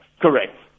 Correct